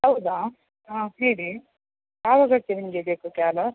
ಹೌದಾ ಹಾಂ ಹೇಳಿ ಯಾವಗಕ್ಕೆ ನಿಮಗೆ ಬೇಕು ಕ್ಯಾಬ್